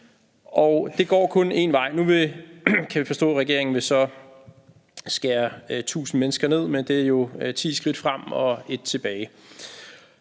Og det går kun én vej. Nu kan vi forstå, at regeringen så vil skære 1000 menneskers stillinger væk, men det er jo ti skridt frem og ét tilbage.